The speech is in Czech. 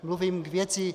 Mluvím k věci.